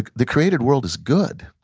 ah the created world is good.